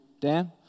Dan